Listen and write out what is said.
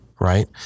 right